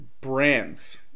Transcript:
brands